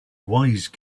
wise